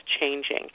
changing